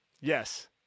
Yes